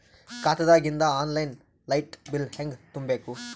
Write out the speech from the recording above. ಖಾತಾದಾಗಿಂದ online light bill ಹೇಂಗ ತುಂಬಾ ಬೇಕು?